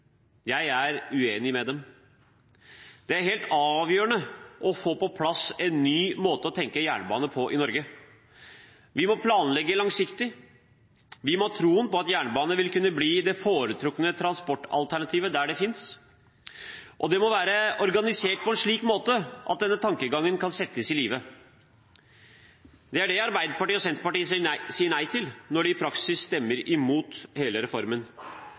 Jeg er uenig med dem. Det er helt avgjørende å få på plass en ny måte å tenke jernbane på i Norge. Vi må planlegge langsiktig. Vi må ha tro på at jernbane vil kunne bli det foretrukne transportalternativet der det finnes, og den må være organisert på en slik måte at denne tankegangen kan settes ut i livet. Det er det Arbeiderpartiet og Senterpartiet sier nei til når de i praksis stemmer imot hele reformen.